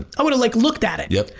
i would have like looked at it. yeah.